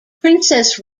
princess